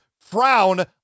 frown